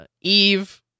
Eve